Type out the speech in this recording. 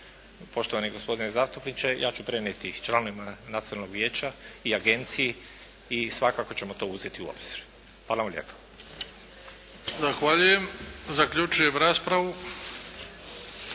poštovani gospodine zastupniče, ja ću prenijeti članovima Nacionalnog vijeća i Agenciji i svakako ćemo to uzeti u obzir. Hvala vam lijepo. **Bebić, Luka (HDZ)** Zahvaljujem. Zaključujem raspravu